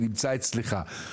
נמצא אצלך.